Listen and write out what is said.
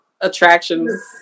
attractions